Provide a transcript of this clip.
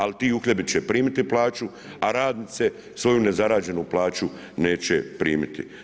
Ali ti uhljebi će primiti plaću, a radnice svoju nezarađenu plaću neće primiti.